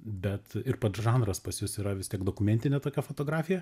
bet ir pats žanras pas jus yra vis tiek dokumentinė tokia fotografija